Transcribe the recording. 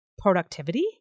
productivity